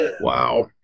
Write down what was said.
wow